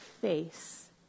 face